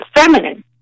feminine